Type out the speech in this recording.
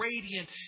radiant